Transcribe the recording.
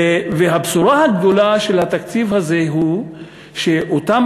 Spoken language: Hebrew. הבשורה הגדולה של התקציב הזה היא שאותם